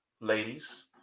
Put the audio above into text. ladies